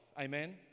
Amen